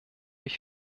ich